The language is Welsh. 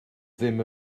ddim